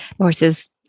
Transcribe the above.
horses